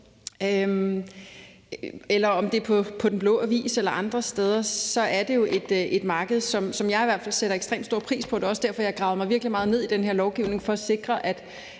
eller om det er på Den Blå Avis eller andre steder. Så det er et marked, som jeg i hvert fald sætter ekstremt stor pris på. Det er også derfor, jeg har gravet mig virkelig meget ned i den her lovgivning for at sikre,